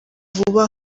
vuba